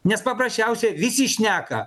nes paprasčiausiai visi šneka